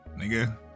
Nigga